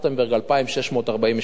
2,640 משפחות,